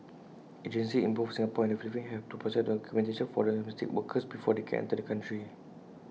agencies in both Singapore and the Philippines have to process documentation for domestic workers before they can enter the country